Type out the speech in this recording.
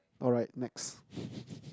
alright next